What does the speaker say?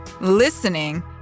listening